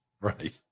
right